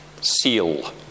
seal